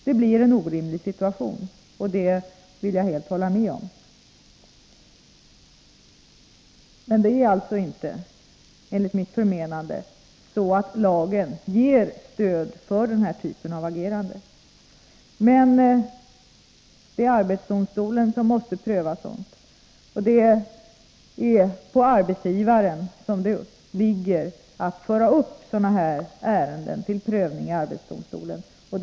Det blir en orimlig situation — det vill jag helt hålla med om. Men det är alltså enligt mitt förmenande inte så att lagen ger stöd för den typen av agerande. Det är emellertid-arbetsdomstolen som har att pröva sådant, och ansvaret för att föra upp sådana här ärenden till prövning i arbetsdomstolen ligger på arbetsgivaren.